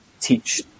teach